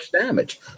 damage